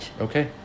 Okay